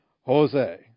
Jose